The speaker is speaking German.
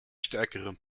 stärkeren